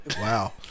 Wow